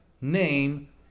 name